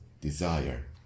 desire